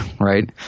right